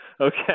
Okay